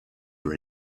were